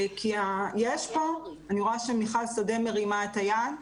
יש פה, אני רואה שמיכל שדה מרימה את היד.